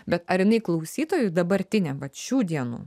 bet ar jinai klausytojui dabartiniam vat šių dienų